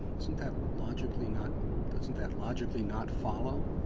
isn't that logically not doesn't that logically not follow?